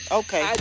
okay